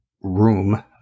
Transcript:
Room